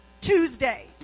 Tuesday